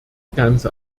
ganze